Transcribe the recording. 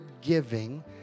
giving